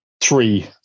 three